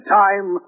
time